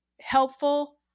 helpful